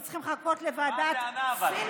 כי צריכים לחכות לוועדת פינקלשטיין,